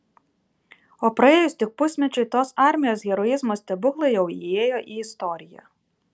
o praėjus tik pusmečiui tos armijos heroizmo stebuklai jau įėjo į istoriją